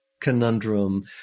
conundrum